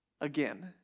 again